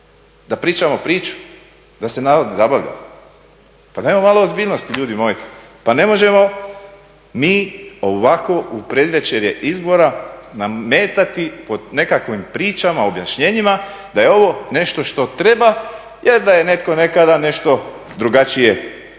Da pričamo priču, da se narod zabavlja? Pa dajmo malo ozbiljnosti ljudi moji. Pa ne možemo mi ovako u predvečerje izbora nametati po nekakvim pričama, objašnjenjima da je ovo nešto što treba jer da je netko nekada nešto drugačije mislio.